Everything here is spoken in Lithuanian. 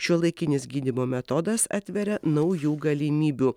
šiuolaikinis gydymo metodas atveria naujų galimybių